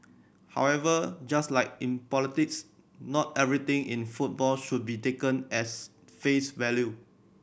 however just like in politics not everything in football should be taken as face value